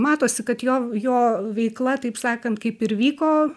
matosi kad jo jo veikla taip sakant kaip ir vyko